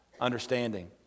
understanding